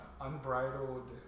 unbridled